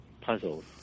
puzzles